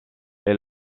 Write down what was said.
est